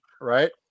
right